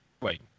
Wait